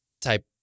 type